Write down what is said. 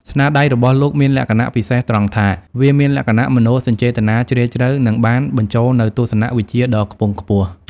ស្នាដៃរបស់លោកមានលក្ខណៈពិសេសត្រង់ថា វាមានលក្ខណៈមនោសញ្ចេតនាជ្រាលជ្រៅ និងបានបញ្ចូលនូវទស្សនៈវិជ្ជាដ៏ខ្ពង់ខ្ពស់។